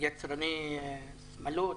יצרני שמלות,